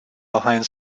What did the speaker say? behind